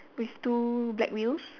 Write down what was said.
with two black wheels